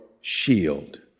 shield